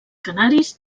canaris